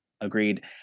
agreed